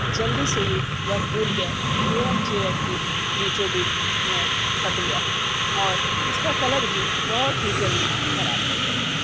जल्दी से ही वह टूट गए एवं चेयर की बीचो बीच में फट गया और उसका कलर भी बहुत ही जल्दी ख़राब हो गया